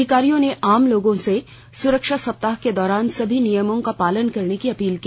अधिकारियों ने आम लोगों से सुरक्षा सप्ताह के दौरान सभी नियमों का पालन करने की अपील की